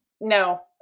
no